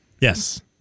Yes